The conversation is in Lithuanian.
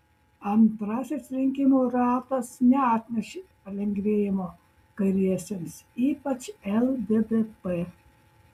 antrasis rinkimų ratas neatnešė palengvėjimo kairiesiems ypač lddp